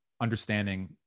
understanding